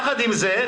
יחד עם זה,